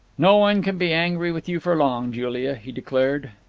no one could be angry with you for long, julia, he declared.